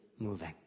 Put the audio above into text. moving